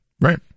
Right